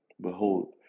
Behold